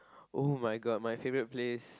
[oh]-my-god my favourite place